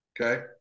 Okay